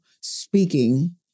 speaking